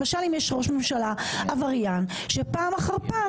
למשל אם יש ראש ממשלה עבריין שפעם אחר פעם